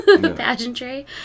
pageantry